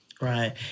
right